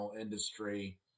industry